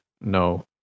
no